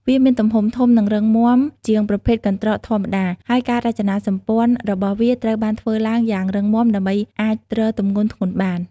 វាមានទំហំធំ និងរឹងមាំជាងប្រភេទកន្ត្រកធម្មតា ហើយការរចនាសម្ព័ន្ធរបស់វាត្រូវបានធ្វើឡើងយ៉ាងរឹងមាំដើម្បីអាចទ្រទម្ងន់ធ្ងន់បាន។